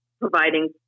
providing